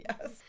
yes